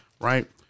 right